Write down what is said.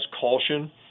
caution